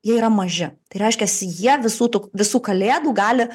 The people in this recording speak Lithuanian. jie yra maži tai reiškias jie visų tų visų kalėdų gali